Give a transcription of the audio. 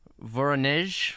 voronezh